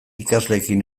ikasleekin